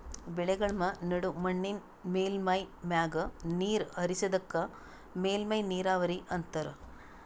ಬೆಳೆಗಳ್ಮ ನಡು ಮಣ್ಣಿನ್ ಮೇಲ್ಮೈ ಮ್ಯಾಗ ನೀರ್ ಹರಿಸದಕ್ಕ ಮೇಲ್ಮೈ ನೀರಾವರಿ ಅಂತಾರಾ